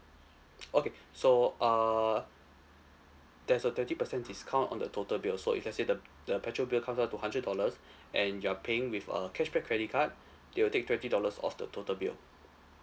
okay so err there's a twenty percent discount on the total bill so if let's say the the petrol bill comes up to hundred dollars and you are paying with a cashback credit card they'll take twenty dollars off the total bill